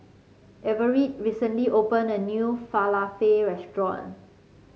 Everette recently opened a new Falafel restaurant